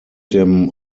dem